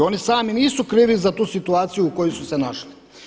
Oni sami nisu krivi za tu situaciju u kojoj su se našli.